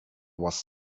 was